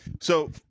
So-